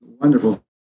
Wonderful